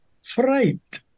Fright